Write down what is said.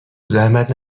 زحمت